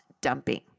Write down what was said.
dumping